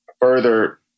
further